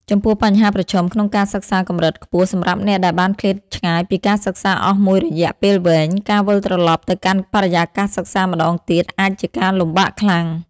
ចំពោះបញ្ហាប្រឈមក្នុងការសិក្សាកម្រិតខ្ពស់ សម្រាប់អ្នកដែលបានឃ្លាតឆ្ងាយពីការសិក្សាអស់មួយរយៈពេលវែង ការវិលត្រឡប់ទៅកាន់បរិយាកាសសិក្សាម្តងទៀតអាចជាការលំបាកខ្លាំង។